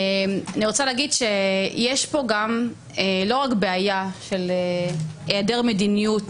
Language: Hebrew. אני רוצה להגיד שיש פה לא רק בעיה של היעדר מדיניות